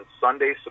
Sunday